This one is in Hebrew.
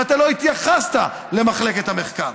ואתה לא התייחסת למחלקת המחקר.